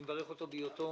אני מברך אותו בהיותו